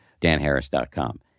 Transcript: danharris.com